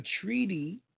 treaty